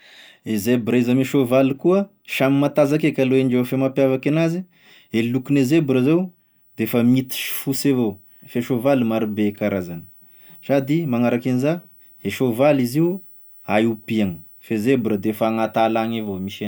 I zebra izy ame soavaly koa, samy matanzaky eky aloha indreo, fa gne mampiavaky anazy, e lokone zebra zao defa mity sy fosy avao, fa e soavaly marobe e karazany, sady magnaraky an'iza e soavaly, izy io hay ompiagny fa e zebre defa agnat'ala agny avao misy an'azy.